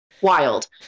wild